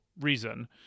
reason